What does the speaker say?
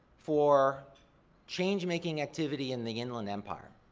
for change-making activity in the inland empire,